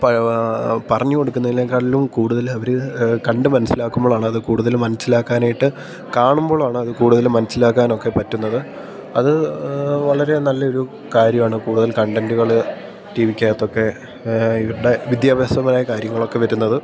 പറഞ്ഞു കൊടുക്കുന്നതിനെക്കാളും കൂടുതൽ അവർ കണ്ടു മനസ്സിലാക്കുമ്പോഴാണത് കൂടുതൽ മനസ്സിലാക്കാനായിട്ട് കാണുമ്പോഴാണ് അത് കൂടുതലും മനസ്സിലാക്കാനൊക്കെ പറ്റുന്നത് അത് വളരെ നല്ലൊരു കാര്യമാണ് കൂടുതൽ കണ്ടൻ്റുകൾ ടി വിക്കകത്തൊക്കെ ഇവരുടെ വിദ്യാഭ്യാസമായ കാര്യങ്ങളൊക്കെ വരുന്നത്